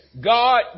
God